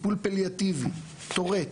טיפול פליאטיבי, טורט,